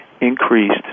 increased